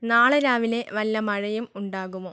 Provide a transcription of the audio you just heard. നാളെ രാവിലെ വല്ല മഴയും ഉണ്ടാകുമോ